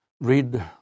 Read